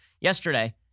Yesterday